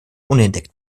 unentdeckt